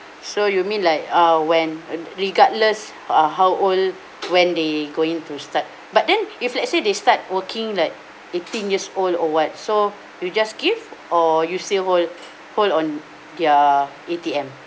so you mean like uh when uh regardless uh how old when they going to start but then if let's say they start working like eighteen years old or what so you just give or you still hold hold on their A_T_M